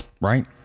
right